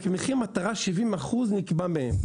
מחיר המטרה- 70% נקבע מהם.